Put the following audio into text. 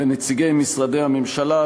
לנציגי משרדי הממשלה,